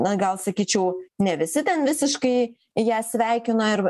na gal sakyčiau ne visi ten visiškai ją sveikino ir